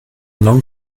long